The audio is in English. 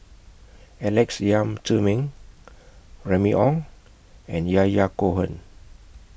Alex Yam Ziming Remy Ong and Yahya Cohen